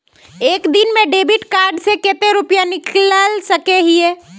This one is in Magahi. एक दिन में डेबिट कार्ड से कते रुपया निकल सके हिये?